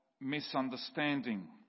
misunderstanding